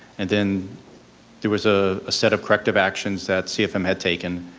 and then there was a set of corrective actions that cfm had taken,